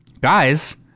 guys